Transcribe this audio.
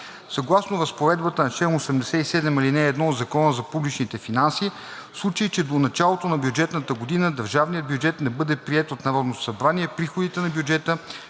Съгласно Разпоредбата на чл. 87, ал. 1 от Закона за публичните финанси, в случай че до началото на бюджетната година държавният бюджет не бъде приет от Народното събрание, приходите на бюджета